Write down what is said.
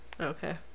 okay